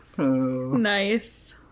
Nice